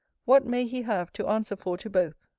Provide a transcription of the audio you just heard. what may he have to answer for to both!